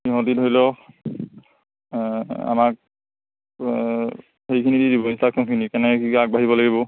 সিহঁতে ধৰি ল আমাক সেইখিনি কেনেকৈ কি আগবাঢ়িব লাগিব